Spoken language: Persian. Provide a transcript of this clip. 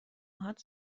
هات